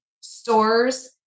stores